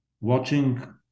watching